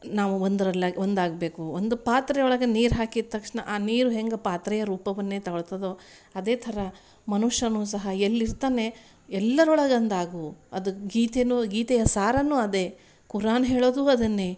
ನಾವು ಒಂದ್ರಲ್ಲಿ ಒಂದಾಗಬೇಕು ಒಂದು ಪಾತ್ರೆಯೊಳಗೆ ನೀರು ಹಾಕಿದ ತಕ್ಷಣ ಆ ನೀರು ಹೆಂಗೆ ಪಾತ್ರೆಯ ರೂಪವನ್ನೇ ತಗೊಳ್ತದೋ ಅದೇ ಥರ ಮನುಷ್ಯ ಸಹ ಎಲ್ಲಿರ್ತನೆ ಎಲ್ಲರೊಳಗೊಂದಾಗು ಅದು ಗೀತೆ ಗೀತೆಯ ಸಾರ ಅದೇ ಖುರಾನ್ ಹೇಳೋದು ಅದನ್ನೇ